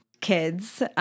kids